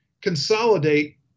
consolidate